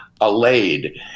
allayed